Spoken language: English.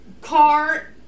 car